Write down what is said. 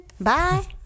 Bye